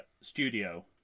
studio